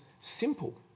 simple